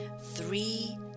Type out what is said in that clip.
three